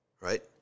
Right